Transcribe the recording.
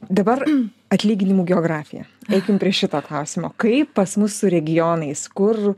dabar atlyginimų geografija eikim prie šito klausimo kaip pas mus su regionais kur